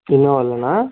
ఇన్నోవాలోనా